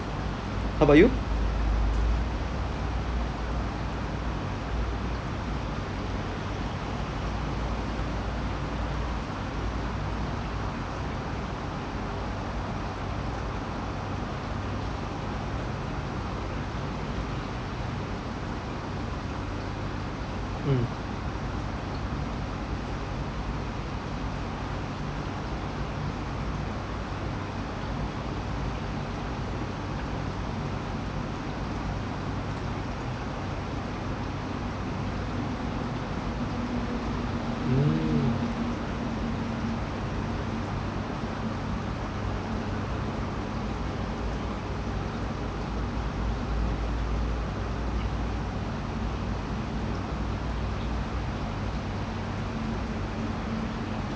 how about you mm mm